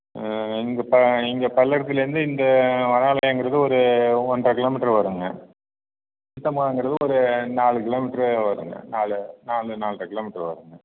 ம் இங்கே இங்கே பல்லடத்துலேருந்து இங்கே வனாலயங்கிறது ஒரு ஒன்றரை கிலோமீட்டர் வரும்ங்க சித்தம்பலங்கிறது ஒரு நாலு கிலோமீட்ரு வரும்ங்க நாலு நாலு நால்ரை கிலோமீட்டர் வரும்ங்க